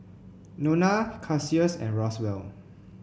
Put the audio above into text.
Nona Cassius and Roswell